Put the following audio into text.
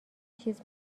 چیز